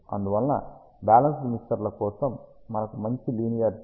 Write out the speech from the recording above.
అందువల్ల బ్యాలెన్స్డ్ మిక్సర్ల కోసం మనకు మంచి లీనియారిటీ లభిస్తుంది